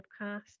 podcast